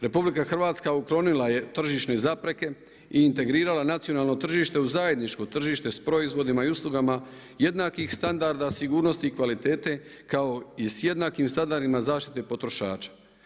RH uklonila je tržišne zapreke i integrirala nacionalno tržište u zajedničko tržište sa proizvodima i uslugama jednakih standarda sigurnosti i kvalitete kao i sa jednakim standardima zaštite potrošača.